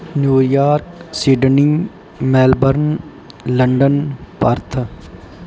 New York Sydney Melbourne London Perth